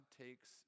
takes